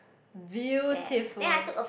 beautiful